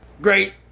Great